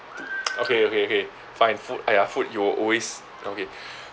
okay okay okay fine food !aiya! food you will always okay